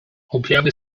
objawy